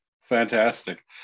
Fantastic